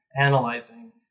analyzing